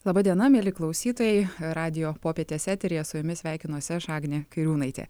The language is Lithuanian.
laba diena mieli klausytojai radijo popietės eteryje su jumis sveikinuosi aš agnė kairiūnaitė